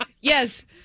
yes